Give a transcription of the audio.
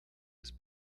was